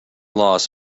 loss